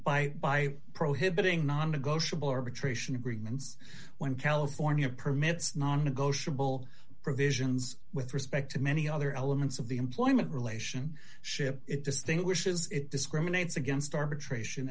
by by prohibiting non negotiable arbitration agreements when california permits non negotiable provisions with respect to many other elements of the employment relation ship it distinguishes it discriminates against arbitration